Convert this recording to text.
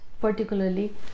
particularly